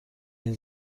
این